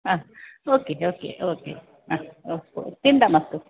आ okay okay okay हा ओ अस्तु चिन्ता मास्तु